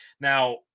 Now